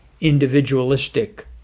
individualistic